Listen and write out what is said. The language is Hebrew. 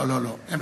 לא, לא, לא.